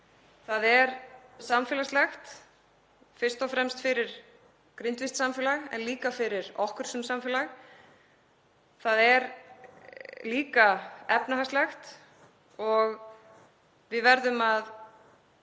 Það er samfélagslegt fyrst og fremst fyrir grindvískt samfélag en líka fyrir okkur sem samfélag. Það er efnahagslegt og við verðum að